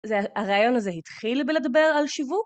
הרעיון הזה התחיל בלדבר על שיוו...?